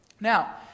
Now